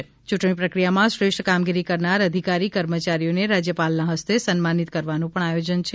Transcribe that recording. યૂંટણી પ્રક્રિયામાં શ્રેષ્ઠ કામગીરી કરનાર અધિકારી કર્મચારીઓને રાજયપાલના ફસ્તે સન્માનિત કરવાનું પણ આયોજન છે